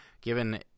given